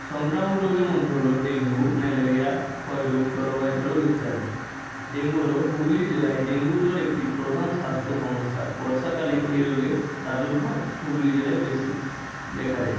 সংক্রামক রোগের মধ্যে হল ডেঙ্গু ম্যালেরিয়া ক্ষয়রোগ জলবাহিত রোগ ইত্যাদি ডেঙ্গু হলো হুগলি জেলায় ডেঙ্গু জ্বর একটি প্রধান স্বাস্থ্য সমস্যা বর্ষাকালে এই রোগের প্রাদুর্ভাব হুগলি জেলায় বেশি দেখা যায়